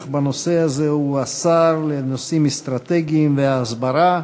אך בנושא הזה הוא השר לנושאים אסטרטגיים והסברה.